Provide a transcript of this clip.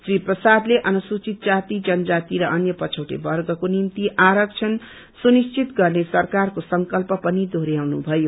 श्री प्रसादले अनुसूचित जाति जनजाति र अन्य पछौटे बर्गको निम्ति आरक्षण सुनिश्चित गर्ने सरकारको संकल्प पनि दोहोर्याउनु भयो